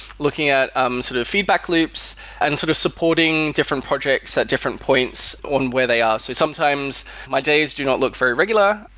looking at um sort of feedback loops and sort of supporting different projects at different points on where they are. so sometimes my days do not look very regular.